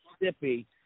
Mississippi